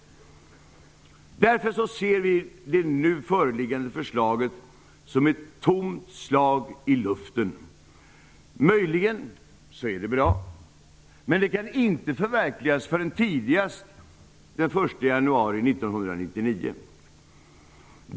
Därför ser vi det nu föreliggande förslaget som ett tomt slag i luften. Möjligen är det bra. Det kan dock inte förverkligas förrän tidigast den 1 januari 1999.